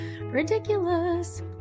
ridiculous